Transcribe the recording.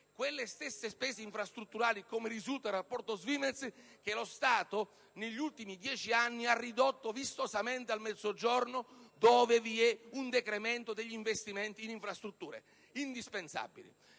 quelle stesse spese infrastrutturali, come risulta dal rapporto SVIMEZ, che lo Stato negli ultimi dieci anni ha ridotto vistosamente al Mezzogiorno, dove vi è un decremento degli investimenti in infrastrutture indispensabili.